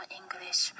english